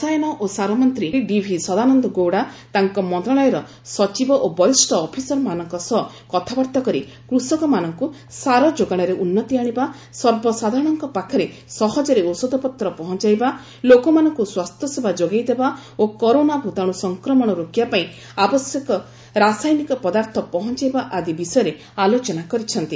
ରସାୟନ ଓ ସାର ମନ୍ତ୍ରୀ ଡିଭି ସଦାନନ୍ଦ ଗୌଡ଼ା ତାଙ୍କ ମନ୍ତ୍ରଶାଳୟର ସଚିବ ଓ ବରିଷ୍ଠ ଅଫିସରମାନଙ୍କ ସହ କଥାବାର୍ତ୍ତା କରି କୃଷକମାନଙ୍କୁ ସାର ଯୋଗାଣରେ ଉନ୍ନତି ଆଶିବା ସର୍ବସାଧାରଣଙ୍କ ପାଖରେ ସହଜରେ ଔଷଧପତ୍ର ପହଞ୍ଚାଇବା ଲୋକମାନଙ୍କୁ ସ୍ୱାସ୍ଥ୍ୟ ସେବା ଯୋଗାଇଦେବା ଓ କରୋନା ଭୂତାଣୁ ସଂକ୍ରମଣ ରୋକିବା ପାଇଁ ଆବଶ୍ୟକ ରାସାୟନିକ ପଦାର୍ଥ ପହଞ୍ଚାଇବା ଆଦି ବିଷୟରେ ଆଲୋଚନା କରିଛନ୍ତି